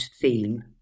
theme